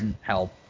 help